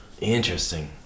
Interesting